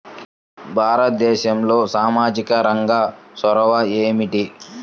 భారతదేశంలో సామాజిక రంగ చొరవ ఏమిటి?